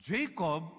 Jacob